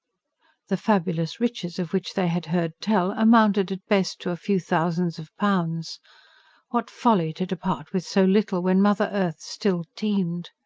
the fabulous riches of which they had heard tell amounted, at best, to a few thousands of pounds what folly to depart with so little, when mother earth still teemed!